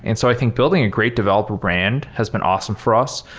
and so i think building a great developer brand has been awesome for us.